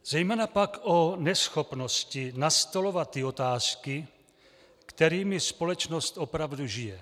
Zejména pak o neschopnosti nastolovat ty otázky, kterými společnost opravdu žije.